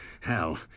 Hell